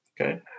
Okay